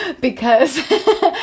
because-